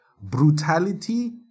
brutality